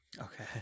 Okay